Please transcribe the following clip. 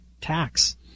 tax